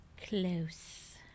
Close